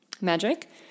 magic